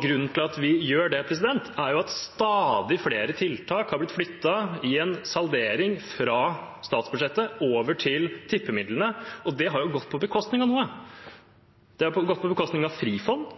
Grunnen til at vi gjør det, er at stadig flere tiltak har blitt flyttet i en saldering fra statsbudsjettet over til tippemidlene, og det har jo gått på bekostning av noe. Det har gått på bekostning av Frifond,